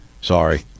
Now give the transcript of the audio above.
Sorry